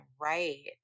right